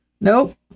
Nope